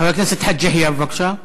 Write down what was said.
חבר הכנסת חאג' יחיא, בבקשה.